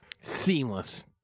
Seamless